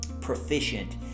proficient